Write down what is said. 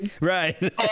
right